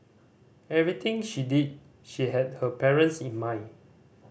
everything she did she had her parents in mind